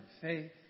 faith